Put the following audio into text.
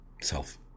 self